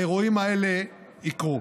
האירועים האלה יקרו.